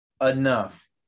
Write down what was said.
Enough